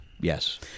Yes